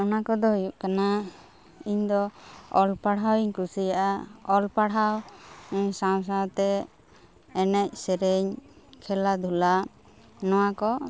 ᱚᱱᱟ ᱠᱚᱫᱚ ᱦᱩᱭᱩᱜ ᱠᱟᱱᱟ ᱤᱧ ᱫᱚ ᱚᱞ ᱯᱟᱲᱦᱟᱣ ᱤᱧ ᱠᱩᱥᱤᱭᱟᱜᱼᱟ ᱚᱞ ᱯᱟᱲᱦᱟᱣ ᱤᱱᱟᱹ ᱥᱟᱶ ᱥᱟᱶᱛᱮ ᱮᱱᱮᱡ ᱥᱮᱨᱮᱧ ᱠᱷᱮᱞᱟ ᱫᱷᱩᱞᱟ ᱱᱚᱣᱟ ᱠᱚ